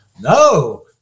no